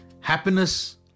Happiness